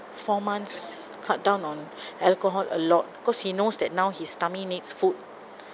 four months cut down on alcohol a lot because he knows that now his tummy needs food